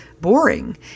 boring